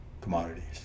commodities